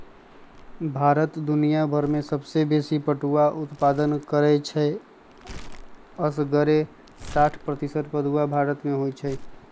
भारत दुनियाभर में सबसे बेशी पटुआ उत्पादन करै छइ असग्रे साठ प्रतिशत पटूआ भारत में होइ छइ